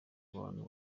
abantu